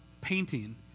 painting